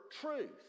truth